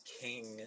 king